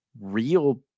real